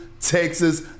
Texas